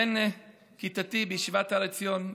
בן כיתתי בישיבת הר עציון,